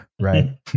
right